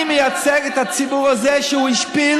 אני מייצג את הציבור הזה שהוא השפיל.